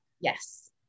Yes